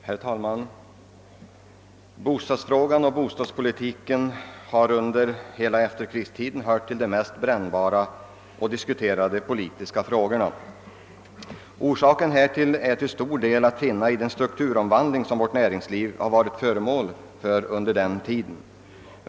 Herr talman! Bostadsfrågan och bostadspolitiken har under hela efterkrigstiden hört till de mest brännbara och diskuterade politiska frågorna. Orsaken härtill är till stor del att finna i den strukturomvandling som vårt näringsliv har varit föremål för under denna tid.